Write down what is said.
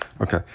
Okay